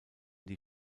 die